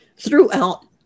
Throughout